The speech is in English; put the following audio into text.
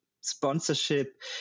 sponsorship